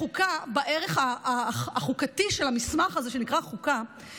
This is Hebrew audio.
לחוקה, בערך החוקתי של המסמך הזה שנקרא חוקה,